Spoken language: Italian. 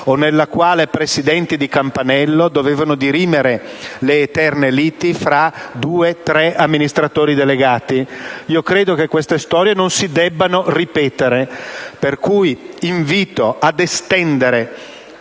o nelle quali presidenti di campanello dovevano dirimere eterne liti fra due o tre amministratori delegati. Credo che queste storie non si debbano ripetere. Invito, pertanto, ad estendere